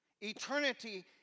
Eternity